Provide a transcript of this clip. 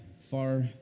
far